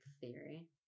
theory